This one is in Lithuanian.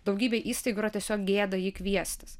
daugybei įstaigų yra tiesiog gėda jį kviestis